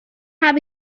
habe